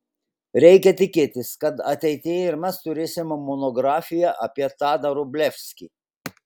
reikia tikėtis kad ateityje ir mes turėsime monografiją apie tadą vrublevskį